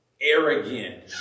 arrogant